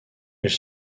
elle